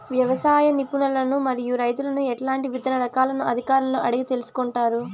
వ్యవసాయ నిపుణులను మరియు రైతులను ఎట్లాంటి విత్తన రకాలను అధికారులను అడిగి తెలుసుకొంటారు?